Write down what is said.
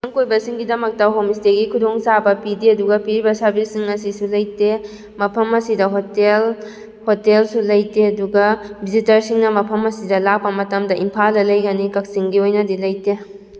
ꯂꯝꯀꯣꯏꯕꯁꯤꯡꯒꯤꯗꯃꯛꯇ ꯍꯣꯝ ꯏꯁꯇꯦꯒꯤ ꯈꯨꯗꯣꯡꯆꯥꯕ ꯄꯤꯗꯦ ꯑꯗꯨꯒ ꯄꯤꯔꯤꯕ ꯁꯥꯔꯚꯤꯁꯁꯤꯡ ꯑꯁꯤꯁꯨ ꯂꯩꯇꯦ ꯃꯐꯝ ꯑꯁꯤꯗ ꯍꯣꯇꯦꯜ ꯍꯣꯇꯦꯜꯁꯨ ꯂꯩꯇꯦ ꯑꯗꯨꯒ ꯚꯤꯖꯤꯇꯔꯁꯤꯡꯅ ꯃꯐꯝ ꯑꯁꯤꯗ ꯂꯥꯛꯄ ꯃꯇꯝꯗ ꯏꯝꯐꯥꯜꯗ ꯂꯩꯒꯅꯤ ꯀꯛꯆꯤꯡꯒꯤ ꯑꯣꯏꯅꯗꯤ ꯂꯩꯇꯦ